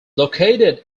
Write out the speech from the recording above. located